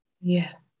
Yes